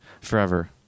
forever